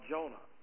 Jonah